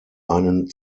einen